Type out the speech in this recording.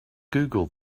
google